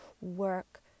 work